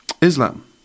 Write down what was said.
Islam